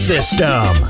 System